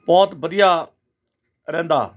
ਬਹੁਤ ਵਧੀਆ ਰਹਿੰਦਾ